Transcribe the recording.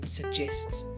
suggests